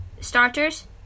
Starters